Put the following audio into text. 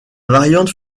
variante